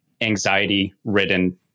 anxiety-ridden